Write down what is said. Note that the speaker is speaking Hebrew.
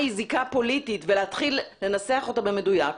ולקבוע מהי זיקה פוליטית ולהתחיל לנסח אותה במדויק,